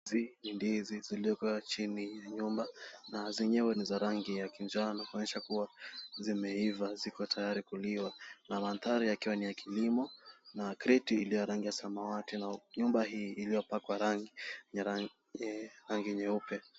Hizi ni ndizi zilizowekwa chini ya nyumba na zenyewe ni za rangi ya kinjano kuonyesha kuwa zimeiva. Ziko tayari kuliwa na mandhari yakiwa ni ya kilimo na kreti ile ya rangi ya samawati a nyumba hii iliyopakwa rangi nyeupe.